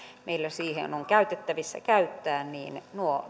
meillä siihen on käytettävissä niin